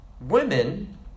women